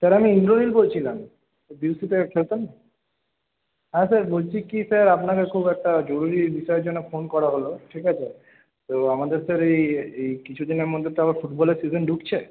sir আমি ইন্দ্রনীল বলছিলাম বিইউসিতে আগে খেলতাম হ্যাঁ স্যার বলছি কি স্যার আপনাকে খুব একটা জরুরি বিষয়ের জন্য ফোন করা হলো ঠিক আছে তো আমাদের স্যার এই এ এই কিছু দিনের মধ্যে তো আবার ফুটবলের সিজেন ঢুকছে